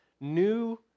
new